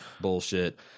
bullshit